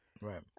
Right